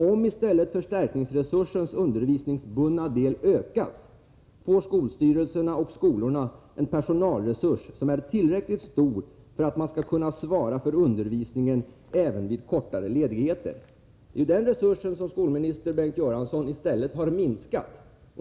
Om istället förstärkningsresursens undervisningsbundna del ökas får skolstyrelserna och skolorna en personalresurs som är tillräckligt stor för att man skall kunna svara för undervisningen även vid kortare ledigheter.” Det är ju denna resurs som skolminister Bengt Göransson i stället har minskat.